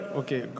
okay